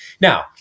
Now